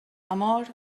amor